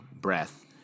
breath